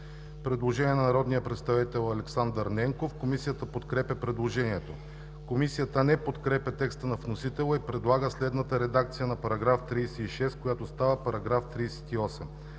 Предложение от народния представител Александър Ненков. Комисията подкрепя предложението. Комисията не подкрепя текста на вносителя и предлага следната редакция на § 36, който става § 38: „§ 38.